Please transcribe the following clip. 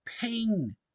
pain